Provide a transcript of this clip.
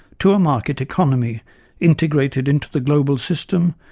to a market economy integrated into the global system,